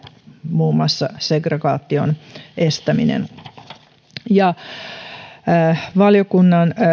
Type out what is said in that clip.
muun muassa segregaation estäminen valiokunnan